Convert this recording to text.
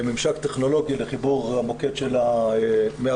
ממשק טכנולוגי לחיבור מוקד המשטרה